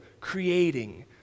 creating